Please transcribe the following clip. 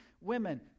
women